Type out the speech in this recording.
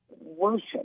worship